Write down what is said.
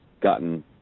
gotten